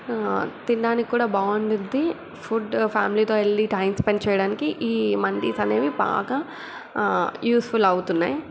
తినడానికి కూడా బాగుండుద్ది ఫుడ్ ఫ్యామిలీతో వెళ్ళి టైం స్పెండ్ చేయడానికి ఈ మండీస్ అనేవి బాగా యూస్ఫుల్ అవుతున్నాయి